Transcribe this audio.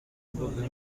mbuga